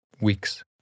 weeks